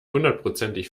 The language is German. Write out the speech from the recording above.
hundertprozentig